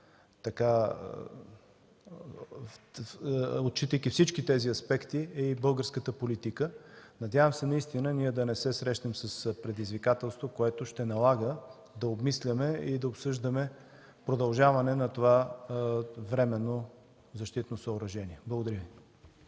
отчитайки всички тези аспекти, а и българската политика, надявам се ние да не срещнем предизвикателството, което ще налага да обмисляме и да обсъждаме продължаване на това временно защитно съоръжение. Благодаря.